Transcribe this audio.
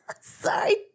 Sorry